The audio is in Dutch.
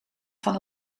van